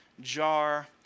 jar